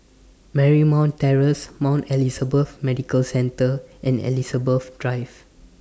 Marymount Terrace Mount Elizabeth Medical Centre and Elizabeth Drive